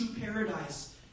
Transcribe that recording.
paradise